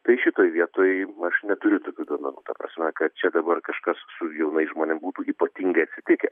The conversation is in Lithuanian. tai šitoj vietoj aš neturiu tokių duomenų ta prasme kad čia dabar kažkas su jaunais žmonėm būtų ypatingai atsitikę